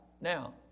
Now